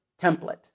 template